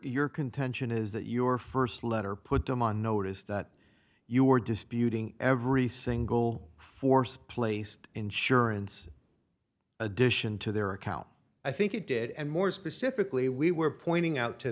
your contention is that your st letter put them on notice that you were disputing every single force placed insurance addition to their account i think it did and more specifically we were pointing out to